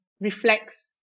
reflects